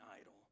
idol